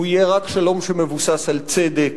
שהוא יהיה רק שלום שמבוסס על צדק,